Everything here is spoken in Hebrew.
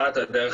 אחת, הדרך